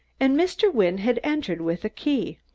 and mr. wynne had entered with a key!